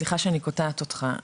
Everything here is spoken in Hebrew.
סליחה שאני קוטעת אותך,